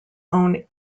own